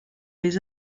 les